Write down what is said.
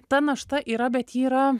ta našta yra bet ji yra